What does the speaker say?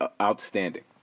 outstanding